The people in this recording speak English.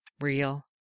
real